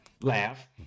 laugh